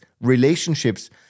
relationships